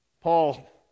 Paul